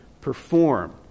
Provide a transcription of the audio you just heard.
perform